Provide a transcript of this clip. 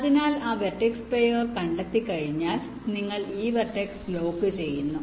അതിനാൽ ആ vertex pair കണ്ടെത്തിയാൽ നിങ്ങൾ ഈ വെർട്ടെക്സ് ലോക്ക് ചെയ്യുന്നു